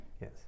yes